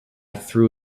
threw